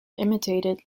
imitated